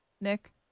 Nick